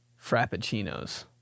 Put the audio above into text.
frappuccinos